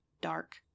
dark